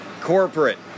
Corporate